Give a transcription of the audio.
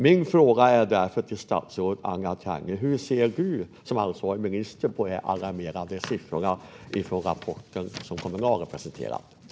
Min fråga till statsrådet Anna Tenje är därför: Hur ser du som ansvarig minister på de alarmerande siffrorna i den rapport som Kommunal har presenterat?